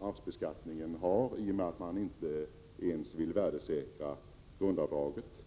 arvsbeskattningen har på grund av att man inte ens vill värdesäkra grundavdraget.